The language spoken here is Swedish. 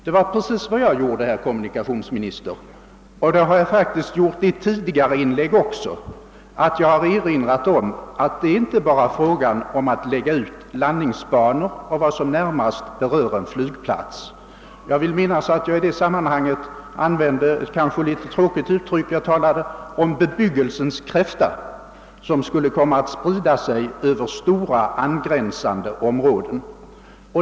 Det var precis vad jag gjorde, herr kommunikationsminister, och det har jag faktiskt gjort tidigare debatter också. Jag har erinrat om att det inte endast är fråga om att lägga ut landningsbanor och vad som närmast berör en flygplats. Jag vill minnas att jag i det sammanhanget använde ett kanske litet tråkigt uttryck — jag talade om »bebyggelsens kräfta», som skulle komma att sprida sig över stora angränsande områden.